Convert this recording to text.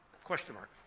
question mark.